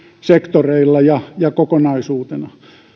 sektoreilla ja ja kokonaisuutena